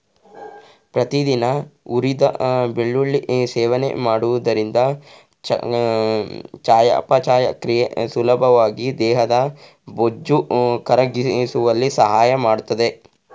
ಪ್ರತಿದಿನ ಹುರಿದ ಬೆಳ್ಳುಳ್ಳಿ ಸೇವನೆ ಮಾಡುವುದರಿಂದ ಚಯಾಪಚಯ ಕ್ರಿಯೆ ಸುಲಭವಾಗಿ ದೇಹದ ಬೊಜ್ಜು ಕರಗಿಸುವಲ್ಲಿ ಸಹಾಯ ಮಾಡ್ತದೆ